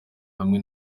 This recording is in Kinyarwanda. hamwe